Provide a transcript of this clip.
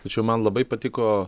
tačiau man labai patiko